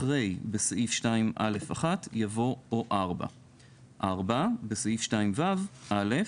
אחרי "בסעיף 2(א)(1)" יבוא "או (4)"; (4) בסעיף 2ו - (א)